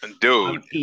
dude